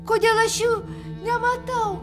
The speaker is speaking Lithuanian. kodėl aš jų nematau